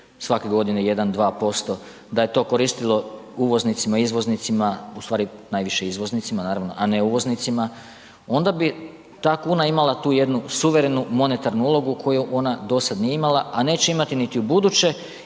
svake godine 1,2%, da je to koristilo uvoznicima, izvoznicima, ustvari najviše izvoznicima naravno a ne uvoznicima, onda bi ta kuna imala tu jednu suverenu monetarnu ulogu koju ona do sad nije imala a neće imati niti ubuduće